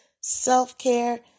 self-care